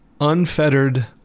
unfettered